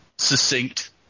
Succinct